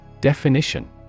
Definition